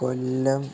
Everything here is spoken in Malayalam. കൊല്ലം